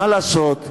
מה לעשות,